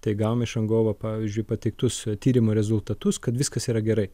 tai gavom iš rangovo pavyzdžiui pateiktus tyrimo rezultatus kad viskas yra gerai